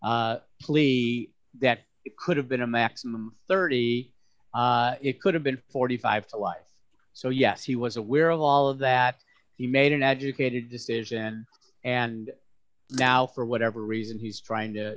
plea that it could have been a maximum thirty it could have been forty five to life so yes he was aware of all of that he made an educated decision and now for whatever reason he's trying to